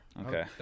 Okay